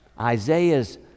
Isaiah's